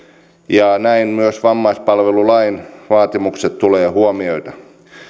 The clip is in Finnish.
ja näin myös vammaispalvelulain vaatimukset tulee huomioida